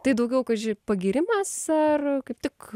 tai daugiau kaži pagyrimas ar kaip tik